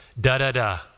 da-da-da